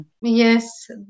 Yes